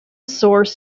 source